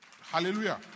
hallelujah